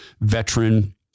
veteran